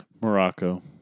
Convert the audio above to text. Morocco